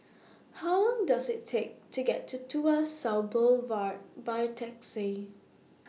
How Long Does IT Take to get to Tuas South Boulevard By Taxi